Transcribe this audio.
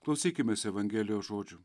klausykimės evangelijos žodžių